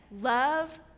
love